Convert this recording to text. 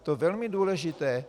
To je velmi důležité.